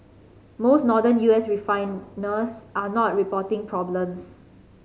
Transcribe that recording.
most Northern U S refiners are not reporting problems